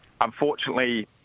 Unfortunately